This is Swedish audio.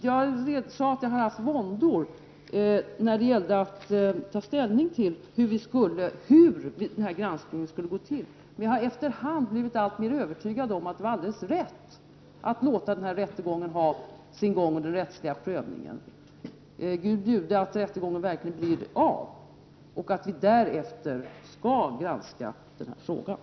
Jag har haft våndor när det gällt att ta ställning till hur den här granskningen skulle gå till, men jag har efter hand blivit alltmer övertygad om att det var alldeles rätt att låta den rättsliga prövningen ha sin gång — Gud bjude att rättegången verkligen blir av! — och att vi därefter skall granska frågan.